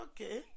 Okay